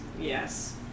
Yes